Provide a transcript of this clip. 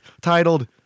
titled